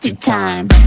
time